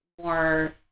more